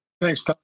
thanks